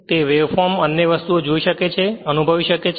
તે વેવફોર્મ અન્ય વસ્તુઓ જોઈ શકે છે અનુભવી શકે છે